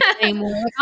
anymore